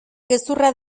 gezurra